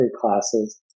classes